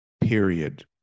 period